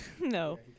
No